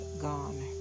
gone